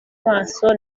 maso